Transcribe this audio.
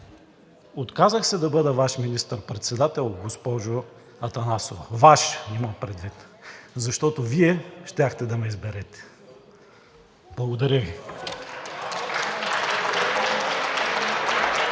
Отказах се да бъда Ваш министър-председател, госпожо Атанасова. Ваш, имам предвид, защото Вие щяхте да ме изберете. Благодаря Ви.